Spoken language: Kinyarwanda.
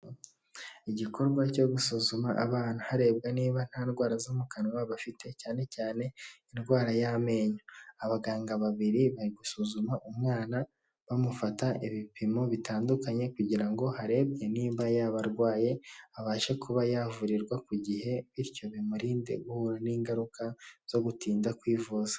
Igikorwa cyo gusuzuma abana harebwa niba nta ndwara zo mu kanwa bafite cyane cyane indwara y'amenyo. Abaganga babiri bari gusuzuma umwana bamufata ibipimo bitandukanye kugira ngo harebwe nibamba yabarwaye abashe kuba yavurirwa ku gihe bityo bimurinde guhura n'ingaruka zo gutinda kwivuza.